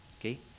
okay